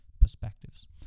perspectives